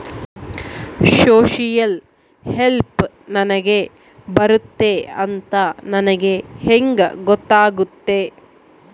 Social help ನನಗೆ ಬರುತ್ತೆ ಅಂತ ನನಗೆ ಹೆಂಗ ಗೊತ್ತಾಗುತ್ತೆ?